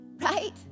Right